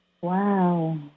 wow